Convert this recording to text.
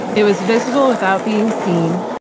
it was visible without being seen,